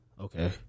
okay